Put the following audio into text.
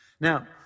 Now